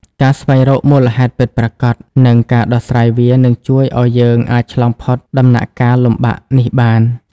ការស្វែងរកមូលហេតុពិតប្រាកដ និងការដោះស្រាយវា នឹងជួយឲ្យយើងអាចឆ្លងផុតដំណាក់កាលលំបាកនេះបាន។